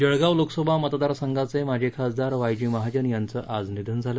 जळगाव लोकसभा मतदार संघाचे माजी खासदार वाय जी महाजन यांचं आज निधन झालं